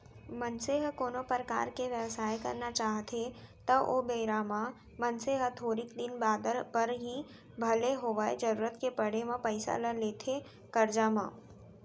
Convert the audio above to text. मनसे ह कोनो परकार के बेवसाय करना चाहथे त ओ बेरा म मनसे ह थोरिक दिन बादर बर ही भले होवय जरुरत के पड़े म पइसा ल लेथे करजा म